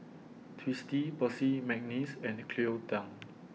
Twisstii Percy Mcneice and Cleo Thang